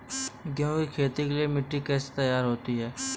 गेहूँ की खेती के लिए मिट्टी कैसे तैयार होती है?